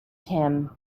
tim